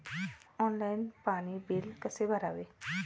Online पाणी bill कसे भरावे?